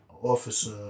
officer